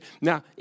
now